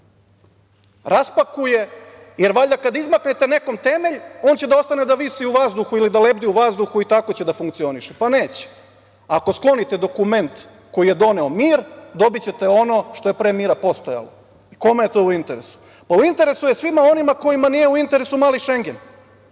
raspakuje, jer valja kada izmaknete nekome temelj on će ostati da visi u vazduhu, da lebdi u vazduhu i tako će da funkcioniše. Ako sklonite dokument koji je doneo mir, dobićete ono što je pre mira postojalo. Kome je to u interesu? U interesu je svima onima kojima nije u interesu Mali Šengen.